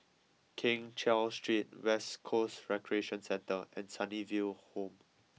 Keng Cheow Street West Coast Recreation Centre and Sunnyville Home